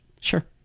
Sure